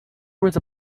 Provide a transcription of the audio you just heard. with